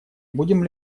будем